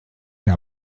der